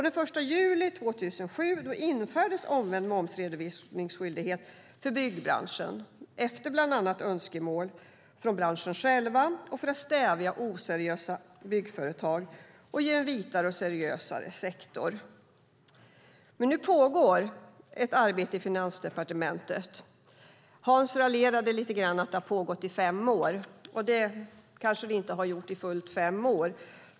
Den 1 juli 2007 infördes omvänd momsredovisningsskyldighet för byggbranschen efter önskemål från bland andra branschen själv för att stävja oseriösa byggföretag och ge en vitare och seriösare sektor. Nu pågår ett arbete i Finansdepartementet. Hans raljerade lite grann om att det har pågått i fem år. Det har det kanske inte gjort i fullt fem år.